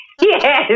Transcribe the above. Yes